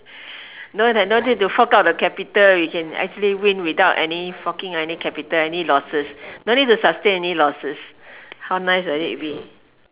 no lah no need to fork out the capital we can actually win without any forking out any capital any losses no need to sustain any losses how nice will it be